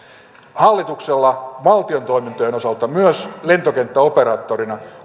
hallituksella on valtion toimintojen osalta myös lentokenttäoperaattorina